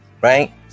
Right